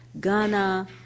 Ghana